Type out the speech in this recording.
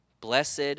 blessed